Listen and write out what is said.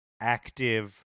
active